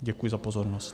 Děkuji za pozornost.